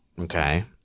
Okay